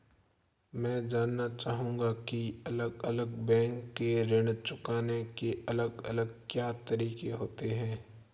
मैं जानना चाहूंगा की अलग अलग बैंक के ऋण चुकाने के अलग अलग क्या तरीके होते हैं?